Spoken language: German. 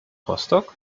rostock